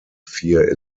fear